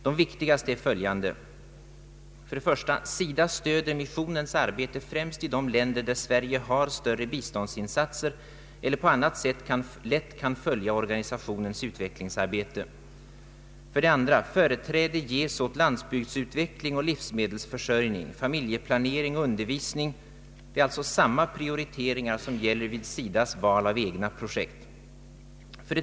De viktigaste är följande: 1) SIDA stöder missionens arbete främst i de länder där Sverige har större biståndsinsatser eller på annat sätt lätt kan följa organisationens utvecklingsarbete. 2) Företräde ges åt landsbygdsutveckling och livsmedelsförsörjning, familjeplanering och undervisning, alltså samma Prioriteringar som gäller för SIDA :s val av egna projekt.